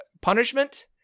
punishment